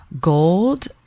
gold